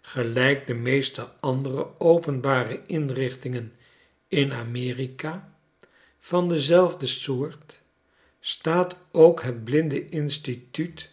grelijk de meeste andere openbare inrichtingen in amerika van dezelfde soort staat ook het